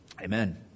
Amen